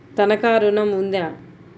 తనఖా ఋణం ఉందా?